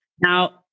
Now